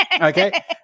Okay